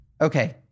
Okay